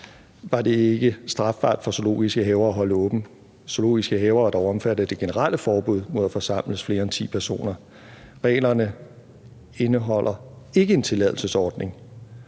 var det ikke strafbart for zoologiske haver at holde åbent. Zoologiske haver er dog omfattet af det generelle forbud mod at forsamles flere end ti personer. Reglerne indeholder ikke en tilladelsesordning,